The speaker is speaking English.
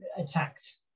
attacked